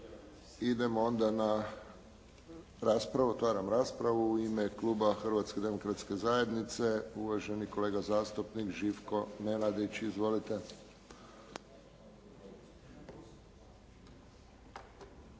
Idemo onda na raspravu. Otvaram raspravu. U ime kluba Hrvatske demokratske zajednice, uvaženi kolega zastupnik Živko Nenadić. Izvolite.